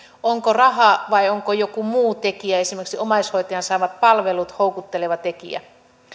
onko raha vai onko joku muu tekijä esimerkiksi omaishoitajan saamat palvelut houkutteleva tekijä